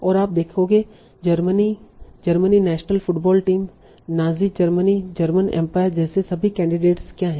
और आप देखोगे Germany Germany national football team Nazi Germany German empire जैसे सभी कैंडिडेट क्या हैं